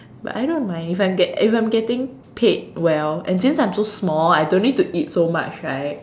but I don't mind if I'm get if I'm getting paid well and since I'm so small I don't need to eat much right